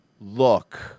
look